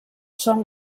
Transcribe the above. són